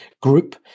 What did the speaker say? group